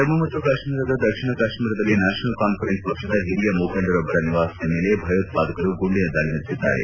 ಜಮ್ಮ ಮತ್ತು ಕಾಶ್ಮೀರದ ದಕ್ಷಿಣ ಕಾಶ್ಮೀರದಲ್ಲಿ ನ್ಯಾಷನಲ್ ಕಾನ್ಫರೆನ್ಸ್ ಪಕ್ಷದ ಹಿರಿಯ ಮುಖಂಡರೊಬ್ಬರ ನಿವಾಸದ ಮೇಲೆ ಭಯೋತ್ವಾದಕರು ಗುಂಡಿನ ದಾಳಿ ನಡೆಸಿದ್ದಾರೆ